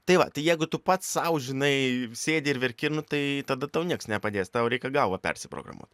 tai va tai jeigu tu pats sau žinai sėdi ir verki nu tai tada tau nieks nepadės tau reikia galvą persiprogramuo